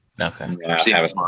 Okay